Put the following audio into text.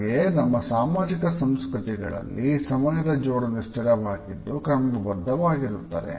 ಹಾಗೆಯೇ ನಮ್ಮ ಸಾಮಾಜಿಕ ಸಂಸ್ಕೃತಿಗಳಲ್ಲಿ ಸಮಯದ ಜೋಡಣೆ ಸ್ಥಿರವಾಗಿದ್ದು ಕ್ರಮಬದ್ಧವಾಗಿರುತ್ತದೆ